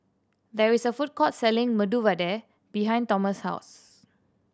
there is a food court selling Medu Vada behind Tomas' house